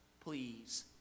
Please